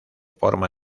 forma